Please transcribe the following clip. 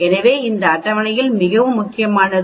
எனவே இந்த அட்டவணையில் மிகவும் முக்கியமானது